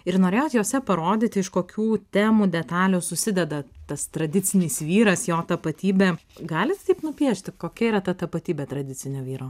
ir norėjot jose parodyti iš kokių temų detalių susideda tas tradicinis vyras jo tapatybė galit taip nupiešti kokia yra tapatybė tradicinio vyro